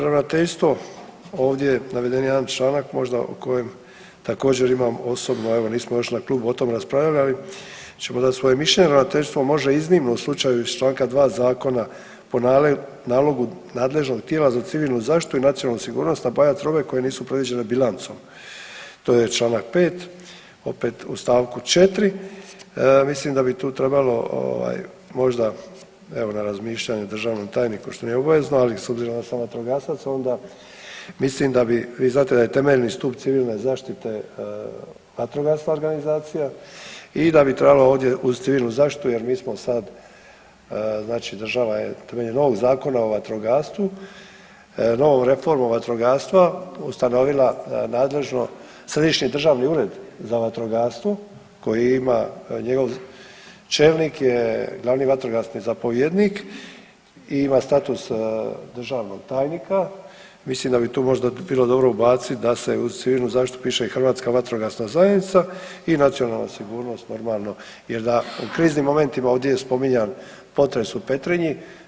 Ravnateljstvo ovdje je naveden jedan članak možda o kojem također imam osobno, evo nismo još na klubu o tome raspravljali, ali ćemo dati svoje mišljenje, ravnateljstvo može iznimno u slučaju iz Članka 2. zakona po nalogu nadležnog tijela za civilnu zaštitu i nacionalnu sigurnost nabavljat robe koje nisu predviđene bilancom to je Članak 5. opet u stavku 4., mislim da bi tu trebalo ovaj možda evo na razmišljanje državnom tajniku što nije obavezno, ali s obzirom da sam vatrogasac onda mislim da bi, vi znate da je temeljni stup civilne zaštite vatrogasna organizacija i da bi trebalo ovdje uz civilnu zaštitu jer mi smo znači država jel, temeljem novog zakona o vatrogastvu, novom reformom vatrogastva ustanovila nadležno, središnji državni ured za vatrogastvo koji ima, njegov čelnik je glavni vatrogasni zapovjednik i ima status državnog tajnika, mislim da bi tu možda bilo dobro ubaciti da se uz civilnu zaštitu piše i Hrvatska vatrogasna zajednica i nacionalna sigurnost normalno jer da u kriznim momentima ovdje je spominjan potres u Petrinju.